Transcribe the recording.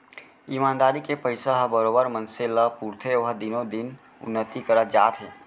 ईमानदारी के पइसा ह बरोबर मनसे ल पुरथे ओहा दिनो दिन उन्नति करत जाथे